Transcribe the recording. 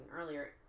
earlier